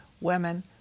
women